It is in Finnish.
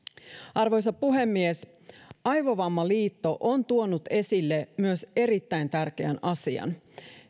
arvoisa puhemies aivovammaliitto on tuonut esille myös erittäin tärkeän asian